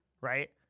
Right